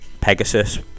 Pegasus